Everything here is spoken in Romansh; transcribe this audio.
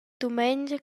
dumengia